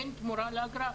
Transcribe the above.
אין תמורה לאגרה.